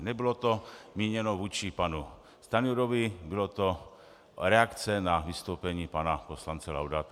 Nebylo to míněno vůči panu Stanjurovi, byla to reakce na vystoupení pana poslance Laudáta.